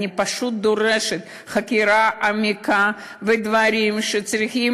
אני פשוט דורשת חקירה מעמיקה ועשיית הדברים שצריכים